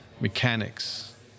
mechanics